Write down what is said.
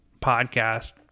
podcast